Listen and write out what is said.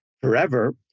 forever